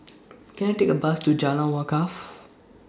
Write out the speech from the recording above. Can I Take A Bus to Jalan Wakaff